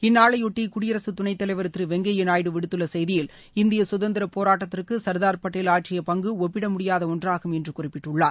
இந்நாளையொட்டி குடியரசு துணைத்தலைவர் திரு வெங்கையாநாயுடு விடுத்துள்ள செய்தியில் இந்திய சுதந்திரப் போராட்டத்திற்கு சர்தார் படேல் ஆற்றிய பங்கு ஒப்பிட முடியாத ஒன்றாகும் என்று குறிப்பிட்டுள்ளார்